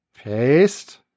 Paste